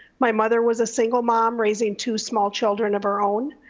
my mother was a single mom raising two small children of her own.